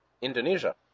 indonesia